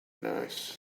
nice